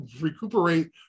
recuperate